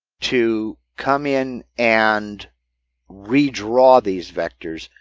to come in and redraw these vectors,